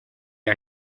are